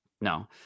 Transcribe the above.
No